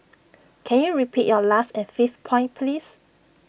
can you repeat your last and fifth point please